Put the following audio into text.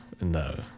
no